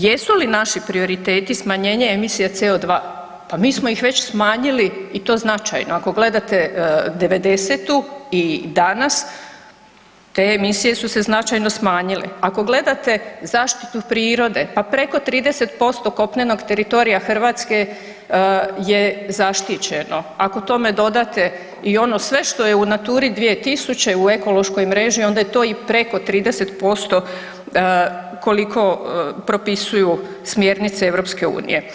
Jesu li naši prioriteti smanjenje emisija CO2, pa mi smo ih već smanjili i to značajno, ako gledate '90.-tu i danas te emisije su se značajno smanjile, ako gledate zaštitu prirode pa preko 30% kopnenog teritorija Hrvatske je zaštićeno, ako tome dodate i ono sve što je u Naturi 2000, u ekološkoj mreži onda je to i preko 30% koliko propisuju smjernice EU.